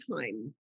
time